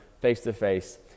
face-to-face